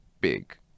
big